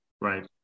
Right